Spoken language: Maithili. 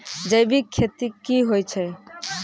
जैविक खेती की होय छै?